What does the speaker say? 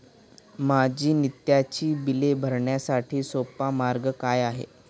माझी नित्याची बिले भरण्यासाठी सोपा मार्ग काय आहे?